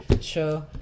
show